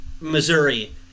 Missouri